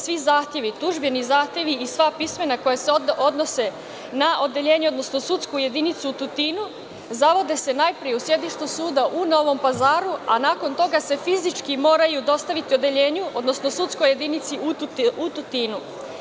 Svi zahteve, tužbeni zahtevi i sva pismena koja se odnose na odeljenje, odnosno sudsku jedinicu u Tutinu zavode se najpre u sedištu suda u Novom Pazaru, a nakon toga se fizički moraju dostaviti odeljenju, odnosno sudskoj jedinici u Tutinu.